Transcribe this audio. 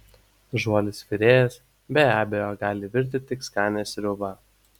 žuolis virėjas be abejo gali virti tik skanią sriubą